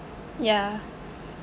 yeah